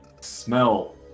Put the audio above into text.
Smell